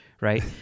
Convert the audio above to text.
Right